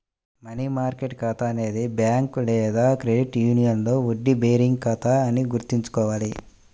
money market ఖాతా అనేది bank లేదా క్రెడిట్ యూనియన్లో వడ్డీ బేరింగ్ ఖాతా అని గుర్తుంచుకోవాలి